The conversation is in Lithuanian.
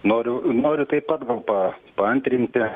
noriu noriu taip pat gal pa paantrinti